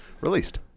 released